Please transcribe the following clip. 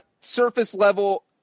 surface-level